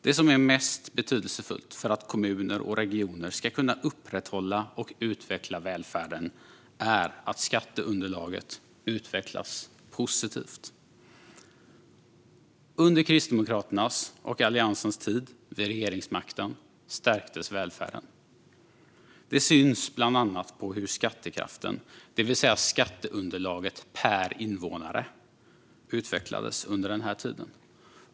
Det som är mest betydelsefullt för att kommuner och regioner ska kunna upprätthålla och utveckla välfärden är att skatteunderlaget utvecklas positivt. Under Kristdemokraternas och Alliansens tid vid regeringsmakten stärktes välfärden. Det syns bland annat på hur skattekraften, det vill säga skatteunderlaget per invånare, utvecklades under denna tid.